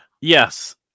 Yes